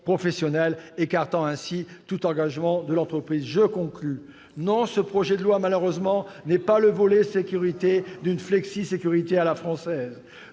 professionnelles, écartant ainsi tout engagement de l'entreprise. Non, ce projet de loi n'est malheureusement pas le volet « sécurité » d'une flexisécurité à la française.